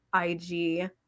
IG